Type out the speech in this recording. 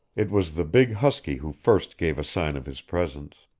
it was the big huskie who first gave a sign of his presence.